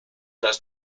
dass